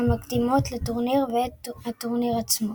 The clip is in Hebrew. המקדימות לטורניר, ואת הטורניר עצמו.